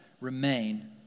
remain